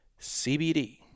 CBD